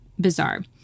bizarre